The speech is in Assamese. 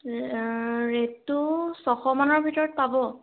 ৰে'টটো ছয়শ মানৰ ভিতৰত পাব